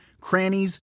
crannies